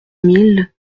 mille